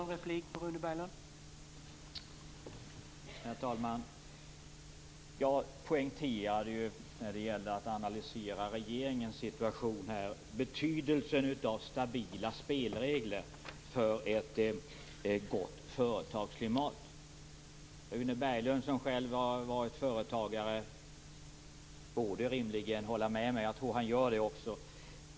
Herr talman! Jag poängterade ju när det gällde att analysera regeringens situation här betydelsen av stabila spelregler för ett gott företagsklimat. Rune Berglund, som själv har varit företagare, borde rimligen hålla med mig. Jag tror att han gör det också.